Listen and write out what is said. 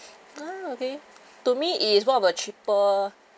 ah okay to me is one of the cheaper